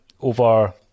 over